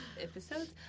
episodes